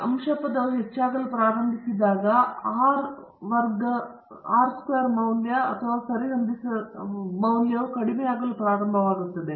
ಅಂಶ ಪದವು ಹೆಚ್ಚಾಗಲು ಪ್ರಾರಂಭಿಸಿದಾಗ R ವರ್ಗ ಮೌಲ್ಯ ಅಥವಾ ಸರಿಹೊಂದಿಸಲಾದ R ವರ್ಗ ಮೌಲ್ಯವು ಕಡಿಮೆಯಾಗಲು ಪ್ರಾರಂಭವಾಗುತ್ತದೆ